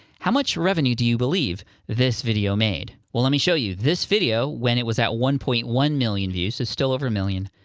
how much revenue do you believe this video made? well, let me show you. this video, when it was at one point one million views, it's still over a million,